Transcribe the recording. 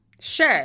Sure